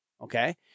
okay